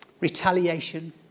Retaliation